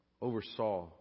oversaw